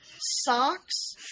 socks